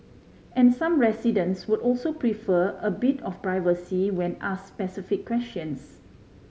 and some residents would also prefer a bit of privacy when ask specific questions